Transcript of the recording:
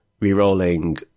re-rolling